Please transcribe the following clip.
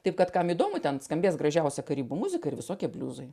taip kad kam įdomu ten skambės gražiausia karibų muzika ir visokie bliuzai